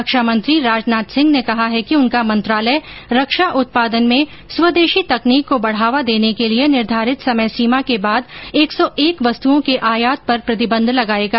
रक्षा मंत्री राजनाथ सिंह ने कहा है कि उनका मंत्रालय रक्षा उत्पादन में स्वदेशी तकनीक को बढ़ावा देने के लिए निर्धारित समय सीमा के बाद एक सौ एक वस्तुओं के आयात पर प्रतिबंध लगाएगा